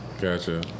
Gotcha